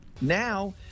Now